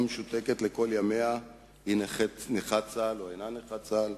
משותקת לכל ימיה היא נכת צה"ל או אינה נכת צה"ל?